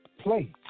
play